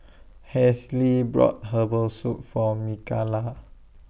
Halsey bought Herbal Soup For Mikalah